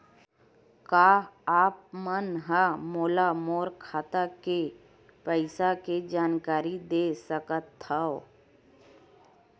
का आप मन ह मोला मोर खाता के पईसा के जानकारी दे सकथव?